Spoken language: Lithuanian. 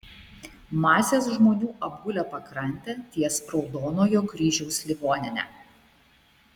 masės žmonių apgulę pakrantę ties raudonojo kryžiaus ligonine